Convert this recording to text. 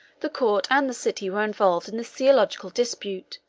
the court and the city were involved in this theological dispute,